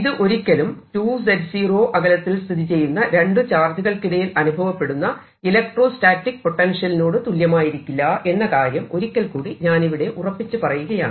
ഇത് ഒരിക്കലും 2z0 അകലത്തിൽ സ്ഥിതിചെയ്യുന്ന രണ്ടു ചാർജുകൾക്കിടയിൽ അനുഭവപ്പെടുന്ന ഇലക്ട്രോസ്റ്റാറ്റിക് പൊട്ടൻഷ്യലിനോട് തുല്യമായിരിക്കില്ല എന്ന കാര്യം ഒരിക്കൽക്കൂടി ഞാൻ ഇവിടെ ഉറപ്പിച്ചു പറയുകയാണ്